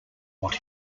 what